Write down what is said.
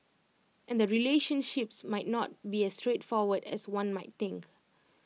and the relationships might not be as straightforward as one might think